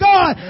God